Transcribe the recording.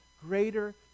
greater